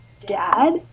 dad